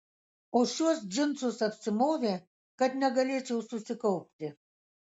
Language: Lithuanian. o šiuos džinsus apsimovė kad negalėčiau susikaupti